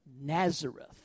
Nazareth